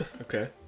Okay